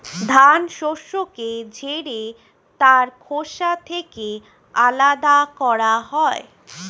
ধান শস্যকে ঝেড়ে তার খোসা থেকে আলাদা করা হয়